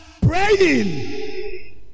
praying